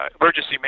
emergency